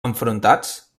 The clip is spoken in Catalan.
enfrontats